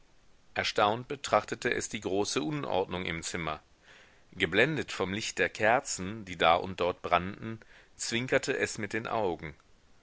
erstaunt betrachtete es die große unordnung im zimmer geblendet vom licht der kerzen die da und dort brannten zwinkerte es mit den augen